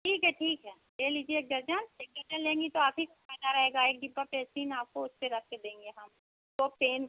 ठीक है ठीक है ले लीजिए एक दर्ज़न एक दर्जन लेंगी तो आप ही का फ़ायदा रहेगा एक डिब्बा पेन्सिल आपको उसपर रखकर देंगे हम दो पेन